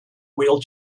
wheel